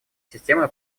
системы